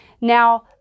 now